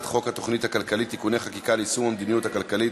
חוק התוכנית הכלכלית (תיקוני חקיקה ליישום המדיניות הכלכלית